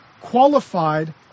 qualified